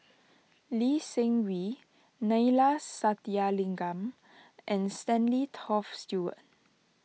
Lee Seng Wee Neila Sathyalingam and Stanley Toft Stewart